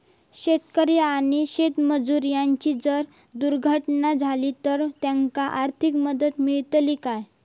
शेतकरी आणि शेतमजूर यांची जर दुर्घटना झाली तर त्यांका आर्थिक मदत मिळतली काय?